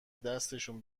دستشون